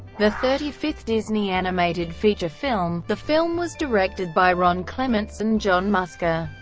the thirty fifth disney animated feature film, the film was directed by ron clements and john musker.